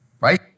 right